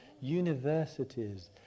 universities